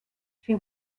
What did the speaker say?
she